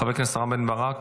חבר הכנסת רם בן ברק,